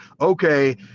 okay